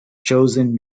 chosen